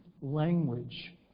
language